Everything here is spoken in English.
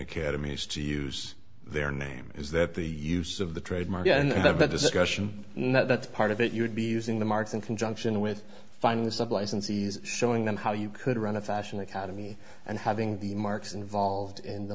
academies to use their name is that the use of the trademark in the discussion and that's part of it you would be using the marks in conjunction with finding the sub licensees showing them how you could run a fashion academy and having the marx involved in the